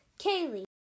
Kaylee